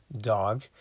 dog